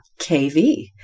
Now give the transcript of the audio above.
KV